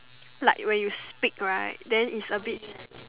like when you speak right then is a bit